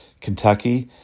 Kentucky